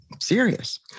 serious